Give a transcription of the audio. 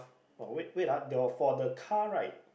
oh wait wait ah you for the car right